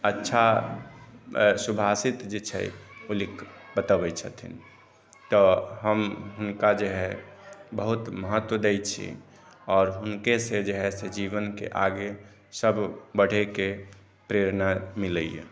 अच्छा शुभाषित जे छै ओ लिख कऽ बतऽबै छथिन तऽ हम हुनका जे हय बहुत महत्त्व दै छी आओर हुनके से जे है से जीवन के आगे सब बढे के प्रेरणा मिलैया